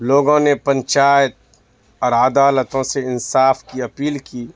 لوگوں نے پنچایت اور عدالتوں سے انصاف کی اپیل کی